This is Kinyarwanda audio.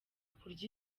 kurya